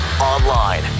online